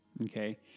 Okay